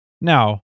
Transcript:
now